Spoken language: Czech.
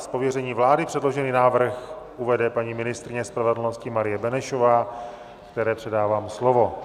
Z pověření vlády předložený návrh uvede paní ministryně spravedlnosti Marie Benešová, které předávám slovo.